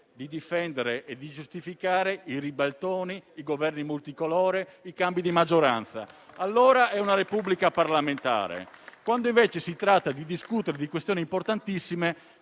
di difendere e giustificare i ribaltoni, i Governi multicolore e i cambi di maggioranza. Allora è una Repubblica parlamentare! Quando invece si tratta di discutere di questioni importantissime,